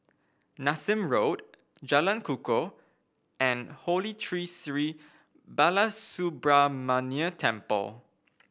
Nassim Road Jalan Kukoh and Holy Tree Sri Balasubramaniar Temple